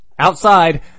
Outside